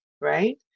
right